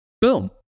boom